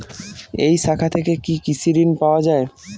এই শাখা থেকে কি কৃষি ঋণ পাওয়া যায়?